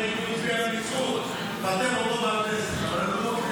אבל אין לי --- ואתם אותו דבר בכנסת --- חלילה.